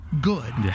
good